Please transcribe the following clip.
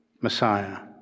Messiah